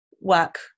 work